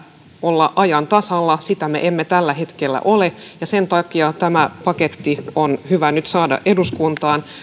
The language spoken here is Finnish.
olla ajan tasalla sitä me emme tällä hetkellä ole ja sen takia tämä paketti on hyvä nyt saada eduskuntaan